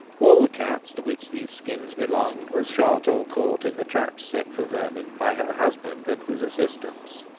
all the cats to which these skins belonged were shot or caught in the traps set for vermin by her husband and his assistants.